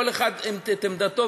כל אחד עם עמדתו,